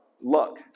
Luck